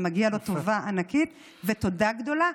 ומגיעה לו טובה ענקית ותודה גדולה.